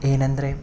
ಏನಂದರೆ